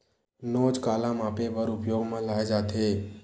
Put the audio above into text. नोच काला मापे बर उपयोग म लाये जाथे?